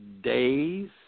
days